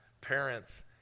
parents